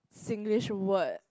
Singlish word